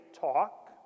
talk